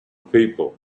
people